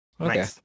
Okay